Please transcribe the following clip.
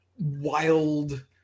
wild